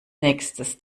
nächstes